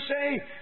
say